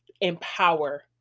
empower